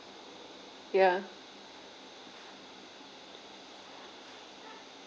ya